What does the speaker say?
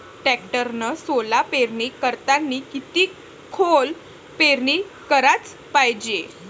टॅक्टरनं सोला पेरनी करतांनी किती खोल पेरनी कराच पायजे?